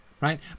right